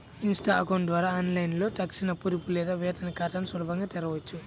Insta account ద్వారా ఆన్లైన్లో తక్షణ పొదుపు లేదా వేతన ఖాతాని సులభంగా తెరవొచ్చు